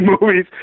movies